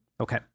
Okay